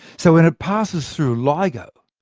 so when it passes through ligo,